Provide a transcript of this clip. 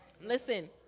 Listen